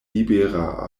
libera